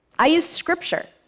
i used scripture.